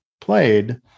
played